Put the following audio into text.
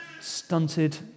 stunted